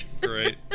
Great